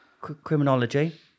criminology